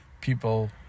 people